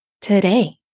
today